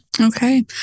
Okay